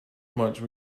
much